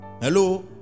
Hello